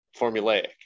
formulaic